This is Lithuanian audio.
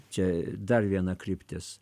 čia dar viena kryptis